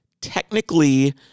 Technically